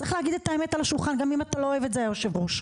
צריך להגיד את האמת על השולחן גם אם אתה לא אוהב את זה היושב ראש.